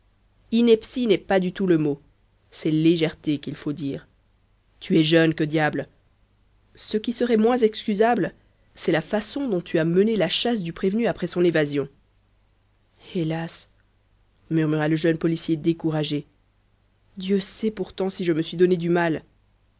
ineptie n'est pas du tout le mot c'est légèreté qu'il faut dire tu es jeune que diable ce qui serait moins excusable c'est la façon dont tu as mené la chasse du prévenu après son évasion hélas murmura le jeune policier découragé dieu sait pourtant si je me suis donné du mal